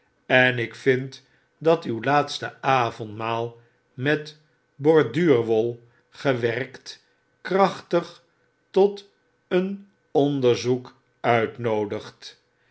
en ik vind dat uw laatste avondmaal met borduur wol gewerkt krachtig tot een onderzoek uitnoodigt